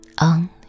on